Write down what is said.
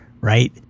right